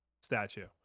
statue